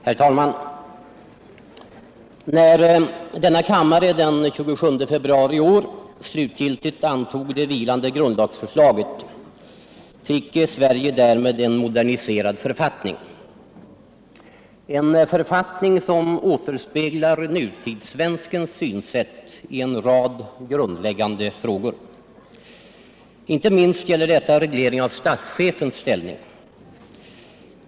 Herr talman! När riksdagen den 27 februari detta år slutgiltigt antog det vilande grundlagsförslaget fick Sverige därmed en moderniserad författning, en författning som återspeglar nutidssvenskens synsätt i en rad grundläggande frågor. Inte minst gäller detta regleringen av statschefens ställning.